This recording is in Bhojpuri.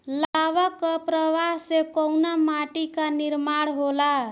लावा क प्रवाह से कउना माटी क निर्माण होला?